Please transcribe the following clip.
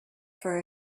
for